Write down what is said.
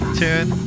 tune